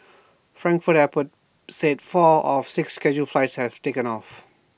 Frankfurt airport said four of six scheduled flights had taken off